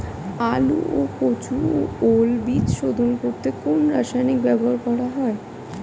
আলু ও কচু ও ওল বীজ শোধন করতে কোন রাসায়নিক ব্যবহার করা হয়?